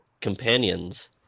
companions